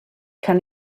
kann